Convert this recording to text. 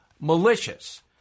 malicious